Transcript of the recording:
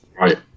Right